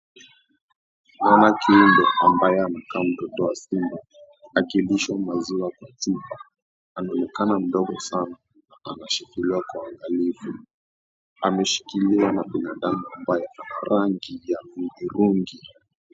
Naona kiumbe ambaye anakaa mtoto wa simba, akilishwa maziwa kwa chupa. Anaonekana mdogo sana. Anashikiliwa kwa uangalifu. Ameshikiliwana binadamu ambaye ana rangi ya udhurungi.